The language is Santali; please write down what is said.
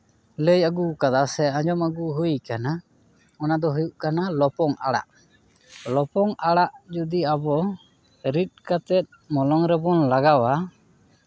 ᱞᱟᱹᱭ ᱟᱹᱜᱩᱣ ᱠᱟᱫᱟ ᱥᱮ ᱟᱸᱡᱚᱢ ᱟᱹᱜᱩ ᱦᱩᱭ ᱠᱟᱱᱟ ᱚᱱᱟ ᱫᱚ ᱦᱩᱭᱩᱜ ᱠᱟᱱᱟ ᱞᱚᱯᱚᱝ ᱟᱲᱟᱜ ᱞᱚᱯᱚᱝ ᱟᱲᱟᱜ ᱡᱩᱫᱤ ᱟᱵᱚ ᱨᱤᱫ ᱠᱟᱛᱮᱜ ᱢᱚᱞᱚᱝ ᱨᱮᱵᱚᱱ ᱞᱟᱜᱟᱣᱟ